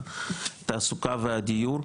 התעסוקה והדיור,